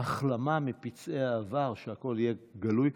ולהחלמה מפצעי העבר שהכול יהיה גלוי.